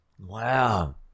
Wow